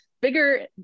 bigger